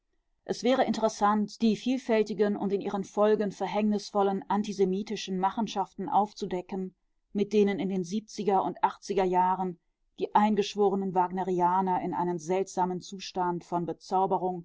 es wäre interessant die vielfältigen und in ihren folgen verhängnisvollen antisemitischen machenschaften aufzudecken mit denen in den siebziger und achtziger jahren die eingeschworenen wagnerianer in einem seltsamen zustand von bezauberung